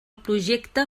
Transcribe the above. projecte